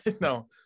no